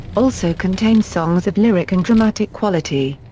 also contain songs of lyric and dramatic quality.